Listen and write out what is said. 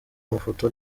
amafoto